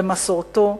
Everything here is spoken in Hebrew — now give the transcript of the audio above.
למסורתו,